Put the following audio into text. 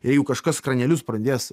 jeiu kažkas kranelius pradės